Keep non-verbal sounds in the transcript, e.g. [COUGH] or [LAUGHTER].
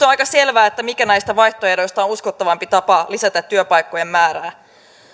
[UNINTELLIGIBLE] on aika selvää mikä näistä vaihtoehdoista on uskottavampi tapa lisätä työpaikkojen määrää